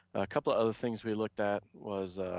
a couple other things we looked at was,